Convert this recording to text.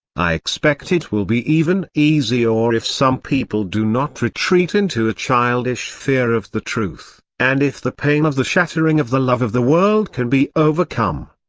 i expect it will be even easier if some people do not retreat into a childish fear of the truth, and if the pain of the shattering of the love of the world can be overcome.